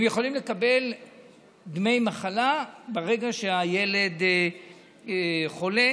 הם יכולים לקבל דמי מחלה ברגע שהילד חולה.